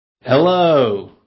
Hello